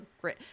great